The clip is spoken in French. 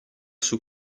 sous